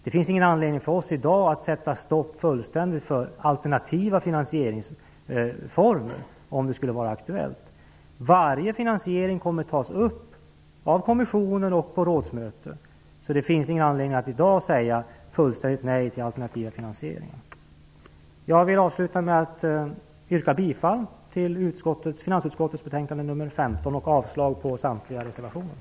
Det finns ingen anledning för oss i dag att fullständigt sätta stopp för alternativa finansieringsformer om det skulle vara aktuellt. Varje finansiering kommer att tas upp av kommissionen och på rådsmöten. Det finns ingen anledning att i dag säga fullständigt nej till alternativa finansieringar. Jag vill avsluta med att yrka bifall till hemställan i finansutskottets betänkande nr 15 och avslag på samtliga reservationer.